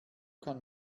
kann